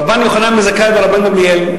רבן יוחנן בן זכאי ורבן גמליאל,